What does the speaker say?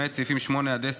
למעט סעיפים 8 10,